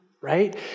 right